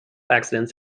accidents